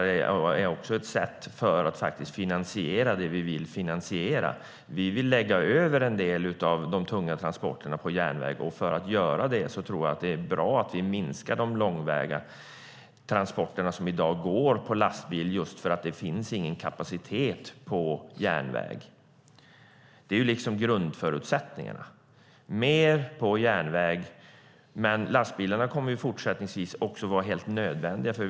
Det är ett sätt att finansiera vad vi vill finansiera. Vi vill lägga över en del av de tunga transporterna på järnväg. För att göra det är det bra att vi minskar de långväga transporterna som i dag går på lastbil eftersom det inte finns någon kapacitet på järnväg. Det är grundförutsättningarna för att transportera mer på järnväg. Lastbilarna kommer fortsättningsvis också att vara helt nödvändiga.